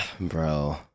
bro